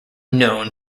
known